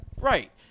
Right